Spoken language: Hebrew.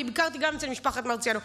גם אני ביקרתי אצל משפחת מרציאנו,